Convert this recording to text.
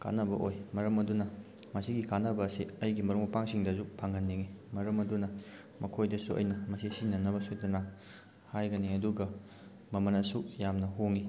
ꯀꯥꯅꯕ ꯑꯣꯏ ꯃꯔꯝ ꯑꯗꯨꯅ ꯃꯁꯤꯒꯤ ꯀꯥꯅꯕ ꯑꯁꯤ ꯑꯩꯒꯤ ꯃꯔꯨꯞ ꯃꯄꯥꯡꯁꯤꯡꯗꯁꯨ ꯐꯪꯍꯟꯅꯤꯡꯉꯤ ꯃꯔꯝ ꯑꯗꯨꯅ ꯃꯈꯣꯏꯗꯁꯨ ꯑꯩꯅ ꯃꯁꯤ ꯁꯤꯖꯤꯟꯅꯅꯕ ꯁꯣꯏꯗꯅ ꯍꯥꯏꯒꯅꯤ ꯑꯗꯨꯒ ꯃꯃꯜ ꯑꯁꯨꯛ ꯌꯥꯝꯅ ꯍꯣꯡꯏ